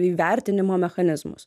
įvertinimo mechanizmus